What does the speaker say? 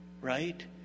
Right